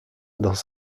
dans